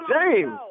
James